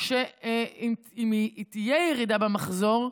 שאם תהיה ירידה במחזור,